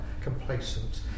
complacent